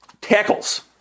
Tackles